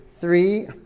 three